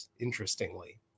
interestingly